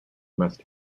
must